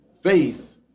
faith